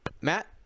Matt